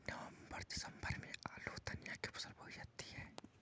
नवम्बर दिसम्बर में आलू धनिया की फसल बोई जाती है?